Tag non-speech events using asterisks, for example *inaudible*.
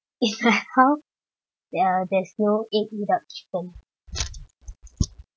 it's like *laughs* how there are there's no egg without chicken